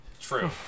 True